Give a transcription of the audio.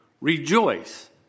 rejoice